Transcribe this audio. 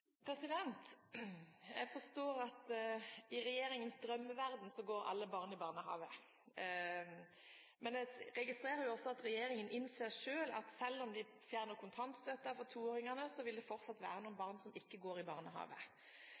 alle barn i barnehage. Men jeg registrerer jo også at regjeringen innser selv at selv om de fjerner kontantstøtten for toåringene, vil det fortsatt være noen barn som ikke går i